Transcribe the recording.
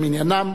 למניינם,